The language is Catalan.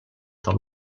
del